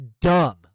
dumb